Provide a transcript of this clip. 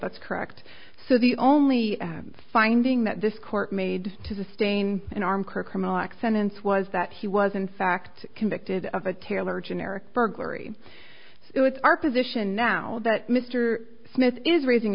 that's correct so the only finding that this court made to the stain an armed criminal act sentence was that he was in fact convicted of a taylor generic burglary it's our position now that mr smith is raising